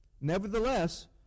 Nevertheless